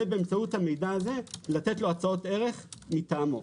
ובאמצעות המידע הזה לתת לו הצעות ערך מטעו.